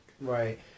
Right